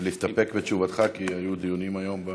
להסתפק בתשובתך, כי היו דיונים היום?